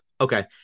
Okay